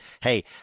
hey